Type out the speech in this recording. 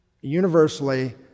universally